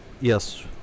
yes